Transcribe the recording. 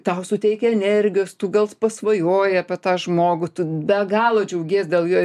tau suteikia energijos tu gal pasvajoji apie tą žmogų tu be galo džiaugies dėl jo